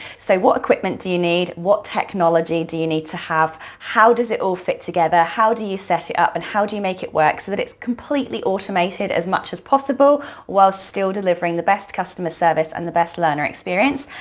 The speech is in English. so what equipment do you need, what technology do you need to have, how does it all fit together, how do you set it up, and how do you make it work so that it's completely automated as much as possible while still delivering the best customer service and the best learner experience,